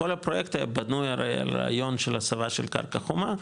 כל הפרויקט הרי היה בנוי על רעיון של הסבה של קרקע חומה,